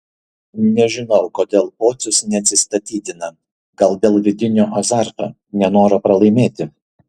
nežinau kodėl pocius neatsistatydina gal dėl vidinio azarto nenoro pralaimėti